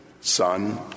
son